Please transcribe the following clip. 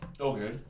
Okay